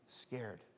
scared